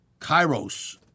Kairos